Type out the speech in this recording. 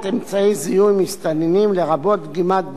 לרבות דגימת DNA. עם זאת,